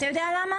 אתה יודע למה?